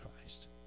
Christ